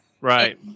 Right